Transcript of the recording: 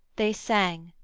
they sang,